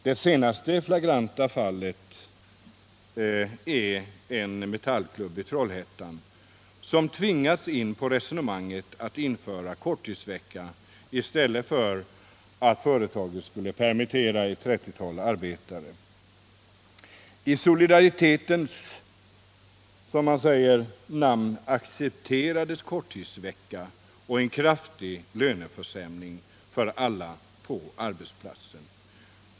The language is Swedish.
Det senaste flagranta fallet är en Metallklubb i Trollhättan, som tvingats in på resonemanget att införa korttidsvecka i stället för att företaget skulle permittera ett 30-tal arbetare. I ”solidaritetens” namn accepterades kort 67 tidsvecka och en kraftig löneförsämring för alla på arbetsplatsen.